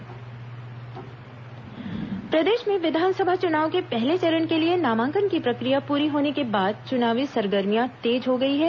राजनीतिक सरगर्मियां प्रदेश में विधानसभा चुनाव के पहले चरण के लिए नामांकन की प्रक्रिया पूरी होने के बाद चुनावी सरगर्मियां तेज हो गई हैं